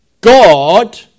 God